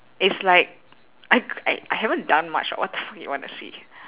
it's like I I I haven't done much what the fuck you want to see